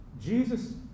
Jesus